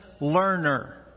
learner